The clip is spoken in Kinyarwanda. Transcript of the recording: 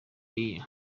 year